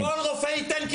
שכל רופא ייתן,